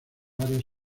áreas